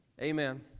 Amen